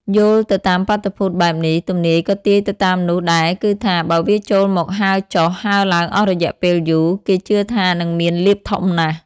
យោលទៅតាមបាតុភូតបែបនេះ ទំនាយក៏ទាយទៅតាមនោះដែរគឺថា បើវាចូលមកហើរចុះ ហើរឡើងអស់រយៈពេលយូរ គេជឿថានិងមានលាភធំណាស់។